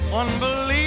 unbelievable